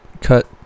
cut